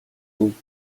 хүүг